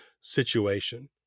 situation